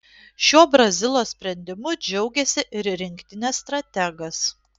šiuo brazilo sprendimu džiaugėsi ir rinktinės strategas